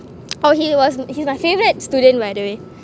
oh he was he's my favourite student by the way